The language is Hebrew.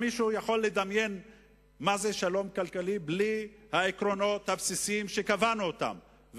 מישהו יכול לדמיין מה זה שלום כלכלי בלי העקרונות הבסיסיים שקבענו אותם,